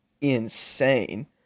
insane